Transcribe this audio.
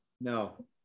No